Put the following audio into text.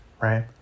right